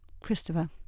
Christopher